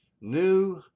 New